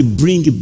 bring